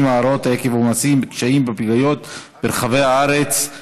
ההרות עקב עומסים קשים בפגיות ברחבי הארץ.